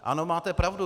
Ano, máte pravdu.